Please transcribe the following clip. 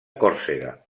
còrsega